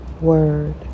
word